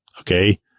Okay